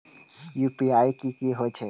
UPI की होई छै?